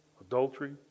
adultery